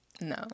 No